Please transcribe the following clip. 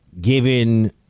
given